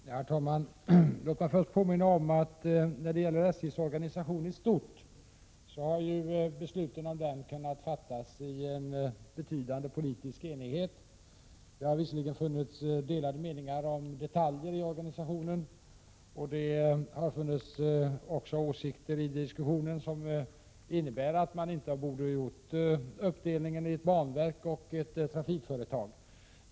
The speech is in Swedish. Herr talman! Låt mig först påminna om att besluten om SJ:s organisation i stort har kunnat fattas i en betydande politisk enighet. Det har visserligen funnits delade meningar om detaljer i organisationen, och i diskussionen har framförts åsikter som innebär att man inte borde ha delat upp organisationen på ett banverk och ett trafikföretag.